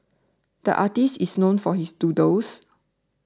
the artist is known for his doodles